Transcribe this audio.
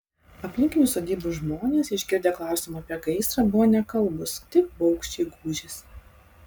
aplinkinių sodybų žmonės išgirdę klausimą apie gaisrą buvo nekalbūs tik baugščiai gūžėsi